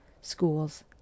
schools